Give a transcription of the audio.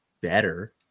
better